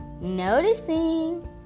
noticing